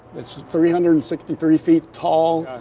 it's three hundred and sixty three feet tall,